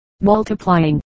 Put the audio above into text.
Multiplying